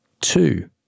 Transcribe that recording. two